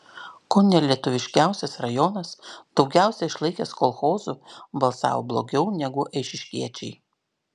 ko ne lietuviškiausias rajonas daugiausiai išlaikęs kolchozų balsavo blogiau negu eišiškiečiai